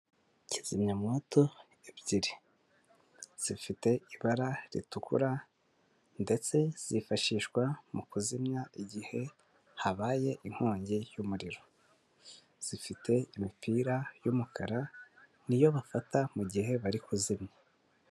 Kizimyamwoto ebyiri, zifite ibara ritukura ndetse zifashishwa mu kuzimya igihe habaye inkongi y'umuriro, zifite imipira y'umukara n'iyo bafata mu gihe bari kuzimya.